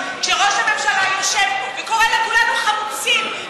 כשראש הממשלה יושב פה וקורא לכולנו "חמוצים",